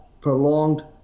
prolonged